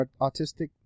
autistic